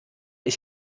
ich